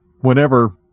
whenever